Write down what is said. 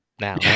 now